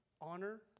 honor